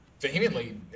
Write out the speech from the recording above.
vehemently